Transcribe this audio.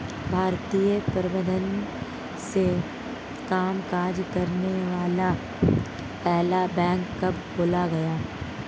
भारतीय प्रबंधन से कामकाज करने वाला पहला बैंक कब खोला गया?